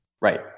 Right